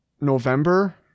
November